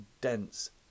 dense